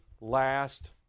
last